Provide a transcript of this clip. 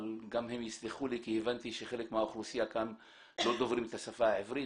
אבל הם יסלחו לי כי הבנתי שחלק מהאוכלוסייה כאן לא דוברים את השפה העברית